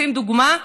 רוצים דוגמה?